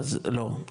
לא,